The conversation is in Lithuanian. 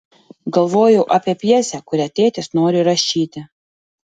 galvojau apie pjesę kurią tėtis nori rašyti